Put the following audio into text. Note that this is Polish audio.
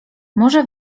może